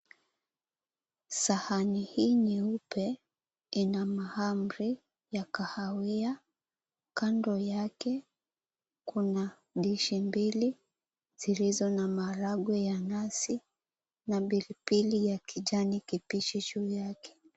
Sahani hii nyeupe ina mahamri ya kahawia ,kando yake kuna dishi mbili zilizo na maharagwe ya nazi na pilipili ya kijani kibichi juu yake.